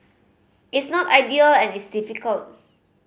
it's not ideal and it's difficult